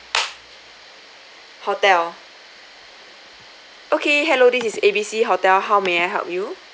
hotel okay hello this is A_B_C hotel how may I help you